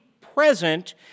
present